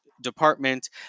department